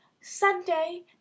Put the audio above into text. Sunday